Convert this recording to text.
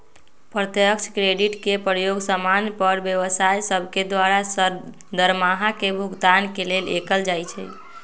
प्रत्यक्ष क्रेडिट के प्रयोग समान्य पर व्यवसाय सभके द्वारा दरमाहा के भुगतान के लेल कएल जाइ छइ